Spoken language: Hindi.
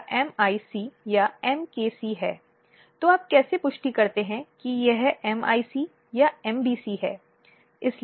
इस तरह के मामलों को कड़ाई से और गंभीर रूप से निपटाया जाना चाहिए